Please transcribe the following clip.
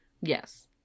yes